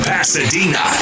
Pasadena